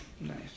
nice